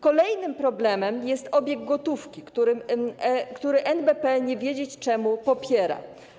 Kolejnym problemem jest obieg gotówki, który NBP nie wiedzieć czemu popiera.